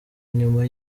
nyuma